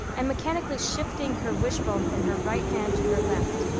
and mechanically shifting her wishbone from her right hand to her left.